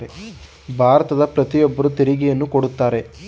ಭಾರತದ ಪ್ರತಿಯೊಬ್ಬರು ತೆರಿಗೆಯನ್ನು ಕೊಡುತ್ತಾರೆ